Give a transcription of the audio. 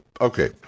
okay